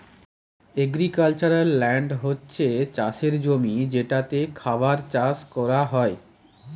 agricultural land হচ্ছে চাষের জমি যেটাতে খাবার চাষ কোরা হয়